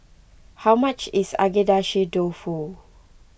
how much is Agedashi Dofu